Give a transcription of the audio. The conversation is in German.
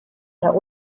der